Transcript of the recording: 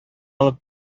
алып